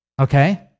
Okay